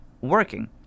working